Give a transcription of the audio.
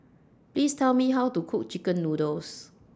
Please Tell Me How to Cook Chicken Noodles